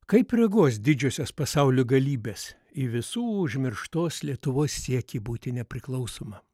kaip reaguos didžiosios pasaulio galybės į visų užmirštos lietuvos siekį būti nepriklausoma